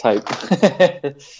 type